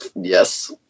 Yes